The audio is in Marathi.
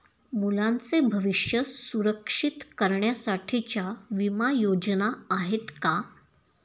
मुलांचे भविष्य सुरक्षित करण्यासाठीच्या विमा योजना आहेत का?